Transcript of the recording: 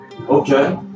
Okay